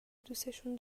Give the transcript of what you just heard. دوسشون